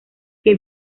que